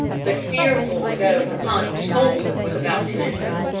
but fearful were those upon which colter was about to enter.